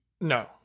No